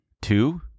Two